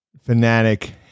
fanatic